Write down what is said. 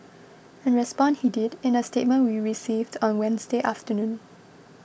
and respond he did in a statement we received on Wednesday afternoon